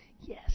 yes